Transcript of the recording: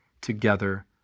together